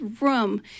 room